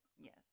Yes